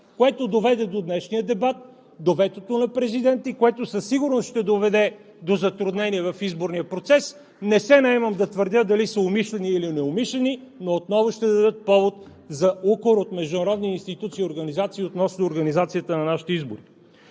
което доведе до днешния дебат, до ветото на президента, и което със сигурност ще доведе до затруднения в изборния процес. Не се наемам да твърдя дали са умишлени, или неумишлени, но отново ще дадат повод за укор от международни институции и организации относно организацията на нашите избори.